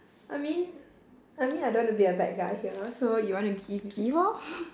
I mean I mean I don't want to be a bad guy here so you want to give give lor